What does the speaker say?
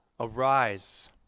Arise